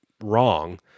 wrong